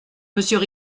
monsieur